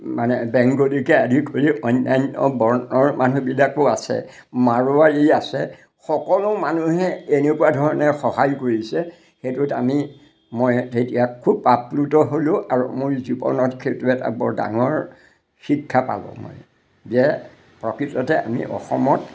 মানে বেংগলীকে আদি কৰি অন্যান্য বৰ্ণৰ মানুহবিলাকো আছে মাৰোৱাৰী আছে সকলো মানুহে এনেকুৱা ধৰণে সহায় কৰিছে সেইটোত আমি মই তেতিয়া খুব আপ্লুত হ'লোঁ আৰু মোৰ জীৱনত সেইটো এটা বৰ ডাঙৰ শিক্ষা পালোঁ মই যে প্ৰকৃততে আমি অসমত